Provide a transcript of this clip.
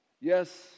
Yes